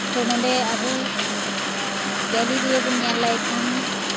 ᱛᱚ ᱱᱚᱰᱮ ᱟᱹᱵᱩ ᱜᱮᱞᱤ ᱞᱤᱭᱳ ᱵᱚᱱ ᱧᱮᱞ ᱞᱟᱭ ᱠᱷᱟᱱ